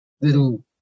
little